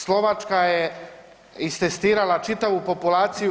Slovačka je istestirala čitavu populaciju.